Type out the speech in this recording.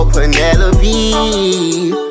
Penelope